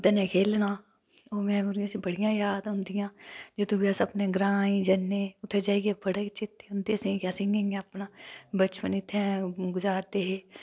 ओह्दे नै खेढना ओह् बड़ियां याद औंदियां जदूं बी अस अपने ग्रां जन्ने उत्थै जाइयै बड़े गै चेतै औंदे असें गी अस अपना बचपन इत्थै गजारदे हे